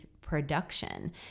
production